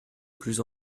plus